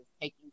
taking